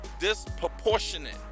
disproportionate